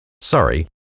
Sorry